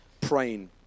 praying